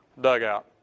dugout